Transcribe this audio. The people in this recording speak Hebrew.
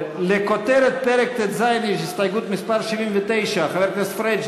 לכותרת פרק ט"ז יש הסתייגות מס' 79. חבר הכנסת פריג',